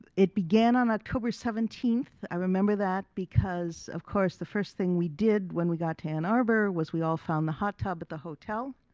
it began on october seventeen. i remember that because of course the first thing we did when we got to ann arbor was we all found the hot tub at the hotel